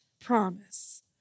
promise